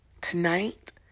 tonight